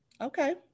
Okay